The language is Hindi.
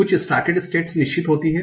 कुछ स्टाटेड स्टेट्स निश्चित होती हैं